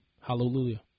Hallelujah